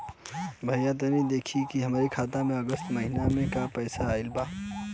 भईया तनि देखती की हमरे खाता मे अगस्त महीना में क पैसा आईल बा की ना?